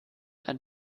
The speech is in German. ein